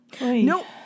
No